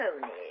Tony